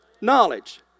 knowledge